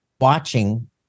watching